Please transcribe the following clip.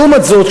לעומת זאת,